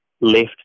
left